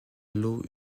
l’eau